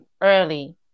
early